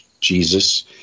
Jesus